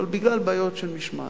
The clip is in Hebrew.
בעיות של משמעת.